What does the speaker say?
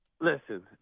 Listen